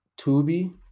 Tubi